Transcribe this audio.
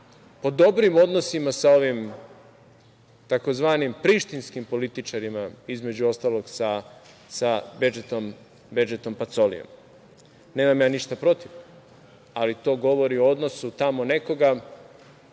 po dobrim odnosima sa ovim tzv. prištinskim političarima između ostalog sa Bedžitom Pacolijem. Nemam ja ništa protiv, ali to govori o odnosu tamo nekoga,